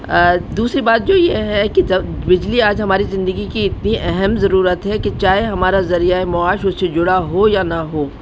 دوسری بات جو یہ ہے کہ جب بجلی آج ہماری زندگی کی اتنی اہم ضرورت ہے کہ چاہے ہمارا ذریعہ معاش اس سے جڑا ہو یا نہ ہو